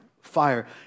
fire